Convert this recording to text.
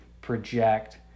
project